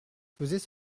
faisait